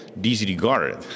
disregarded